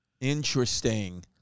Interesting